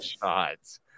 shots